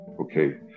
okay